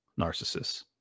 narcissists